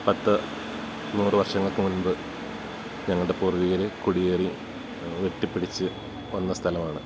പത്ത് നൂറ് വർഷങ്ങൾക്ക് മുൻപ് ഞങ്ങളുടെ പൂർവ്വീകർ കുടിയേറി വെട്ടിപ്പിടിച്ച് വന്ന സ്ഥലമാണ്